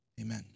Amen